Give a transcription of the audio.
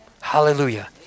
Hallelujah